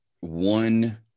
one